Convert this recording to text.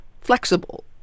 flexible